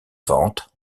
vente